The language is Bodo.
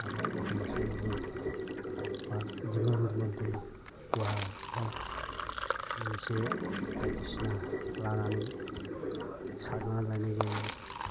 आराे एखमबा समाव जोङो बा दिमोल दिमोल दै गुवार फ्राव जे बायदिसिना लानानै सारना लायनाय जायो